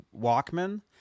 Walkman